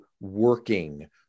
working